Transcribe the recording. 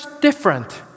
different